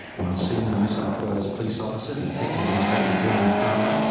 one senior new south wales police officer, detective-inspector graham farler,